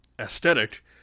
aesthetic